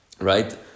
Right